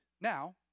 Now